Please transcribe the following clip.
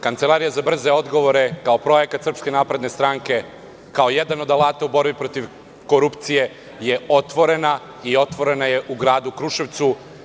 Kancelarija za brze odgovore kao projekat SNS, kao jedan od alata u borbi protiv korupcije je otvorena i otvorena je u gradu Kruševcu.